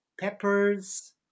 peppers